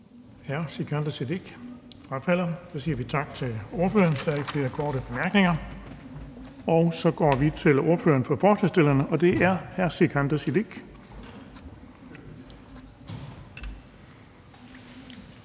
Hr. Sikander Siddique frafalder. Så siger vi tak til ordføreren. Der er ikke flere korte bemærkninger. Så går vi til ordføreren for forslagsstillerne, og det er hr. Sikandar